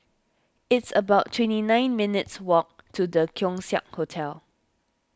it's about twenty nine minutes' walk to the Keong Saik Hotel